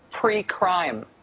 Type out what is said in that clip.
Pre-Crime